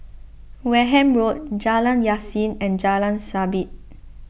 Wareham Road Jalan Yasin and Jalan Sabit